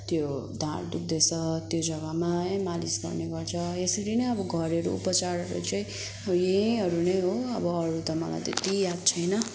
त्यो ढाड दुख्दैछ त्यो जग्गामा है मालिस गर्ने गर्छ यसरी नै अब घरेलु उपचारहरू चाहिँ यहीहरू नै हो अब अरू त मलाई त्यति याद छैन